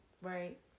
Right